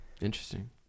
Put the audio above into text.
Interesting